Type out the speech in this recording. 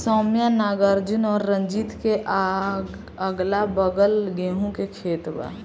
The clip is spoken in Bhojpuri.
सौम्या नागार्जुन और रंजीत के अगलाबगल गेंहू के खेत बा